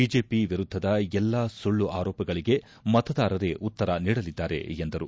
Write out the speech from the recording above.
BJP ವಿರುದ್ಧದ ಎಲ್ಲಾ ಸುಳ್ಳು ಆರೋಪಗಳಿಗೆ ಮತದಾರರೇ ಉತ್ತರ ನೀಡಲಿದ್ದಾರೆ ಎಂದರು